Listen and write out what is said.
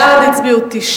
בעד, 9,